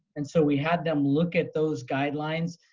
and so we had them look at those guidelines.